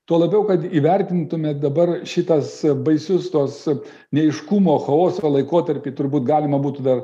tuo labiau kad įvertintume dabar šitas baisius tuos neaiškumo chaoso laikotarpį turbūt galima būtų dar